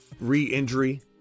re-injury